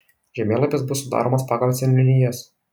žemėlapis bus sudaromas pagal seniūnijas